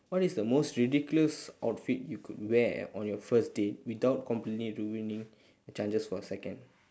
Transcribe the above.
what is the most ridiculous outfit you could wear on your first date without completely ruining your chances for a second